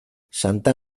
santa